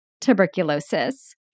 tuberculosis